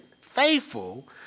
faithful